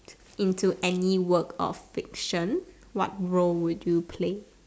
into any work of fiction what role would you play